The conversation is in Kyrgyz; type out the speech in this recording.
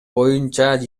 боюнча